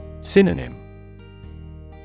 Synonym